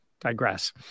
digress